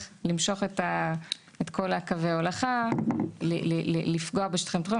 למשוך את כל קווי ההולכה ולפגוע בשטחים פתוחים.